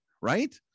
right